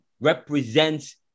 represents